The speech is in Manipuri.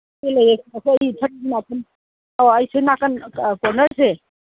ꯂꯩꯌꯦ ꯂꯩꯌꯦ ꯑꯩꯈꯣꯏ ꯑꯧ ꯑꯩ ꯁꯤ ꯅꯥꯀꯟ ꯀꯣꯅꯔꯁꯦ